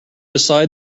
beside